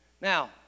Now